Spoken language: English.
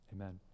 Amen